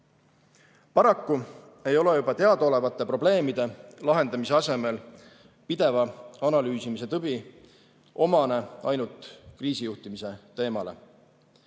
varjul. Paraku ei ole juba teadaolevate probleemide lahendamise asemel pideva analüüsimise tõbi omane ainult kriisijuhtimise teemale.